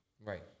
Right